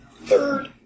Third